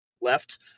left